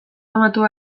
famatu